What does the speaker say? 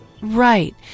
Right